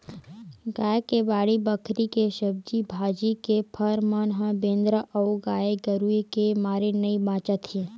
गाँव के बाड़ी बखरी के सब्जी भाजी, के फर मन ह बेंदरा अउ गाये गरूय के मारे नइ बाचत हे